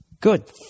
Good